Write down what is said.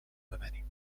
ببریم